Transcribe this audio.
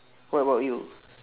what about you